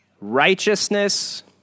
righteousness